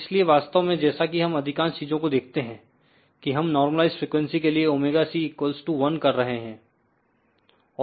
इसलिए वास्तव में जैसा कि हम अधिकांश चीजों को देखते हैं की हम नॉर्मलआईस्ड फ्रीक्वेंसी के लिए ωc 1 कर रहे हैं